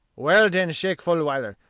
well, den, shake fuhviler,